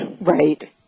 Right